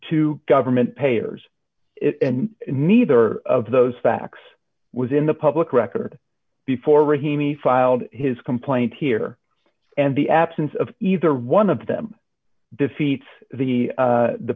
to government payers and neither of those facts was in the public record before rahimi filed his complaint here and the absence of either one of them defeats the